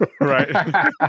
Right